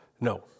No